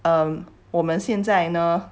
um 我们现在呢